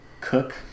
Cook